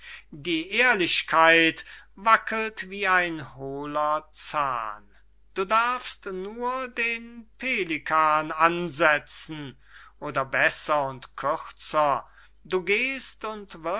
die ehrlichkeit wackelt wie ein hohler zahn du darfst nur den pelikan ansetzen oder besser und kürzer du gehst und